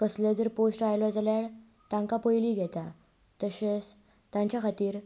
कसलोय जर पोस्ट आयलो जाल्यार तांकां पयलीं घेतात तशेंच तांच्या खातीर